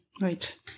Right